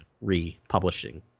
republishing